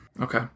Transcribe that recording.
Okay